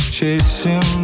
chasing